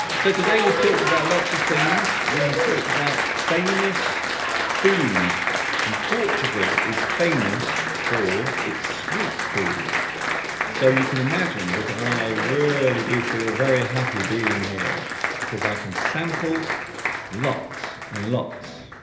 so today we've talked about lots of things we have talked about famous food and portugal is famous for its sweet food so you can imagine that i really do feel very happy being here because i can sample lots and lots